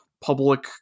public